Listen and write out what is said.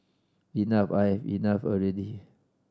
enough I enough already